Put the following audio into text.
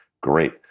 Great